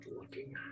looking